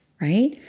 Right